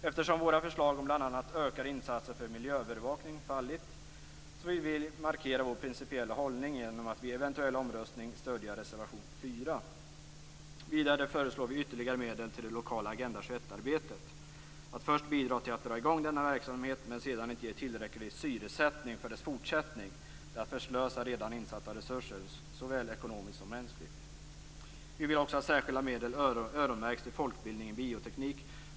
Eftersom våra förslag om bl.a. ökade insatser för miljöövervakning fallit vill vi markera vår principiella hållning genom vid en eventuell omröstning stödja reservation 4. Vidare föreslår vi ytterligare medel till det lokala Agenda 21-arbetet. Att först bidra till att dra i gång denna verksamhet och sedan inte ge tillräcklig syresättning för dess fortsättning är att förslösa redan insatta resurser såväl ekonomiskt som mänskligt. Vi vill också att särskilda medel öronmärks till folkbildning i bioteknik.